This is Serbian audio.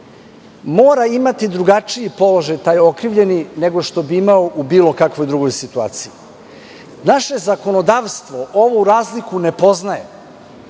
mora imati drugačiji položaj taj okrivljeni nego što bi imao u bilo kakvoj drugoj situaciji? Naše zakonodavstvo ovu razliku ne poznaje,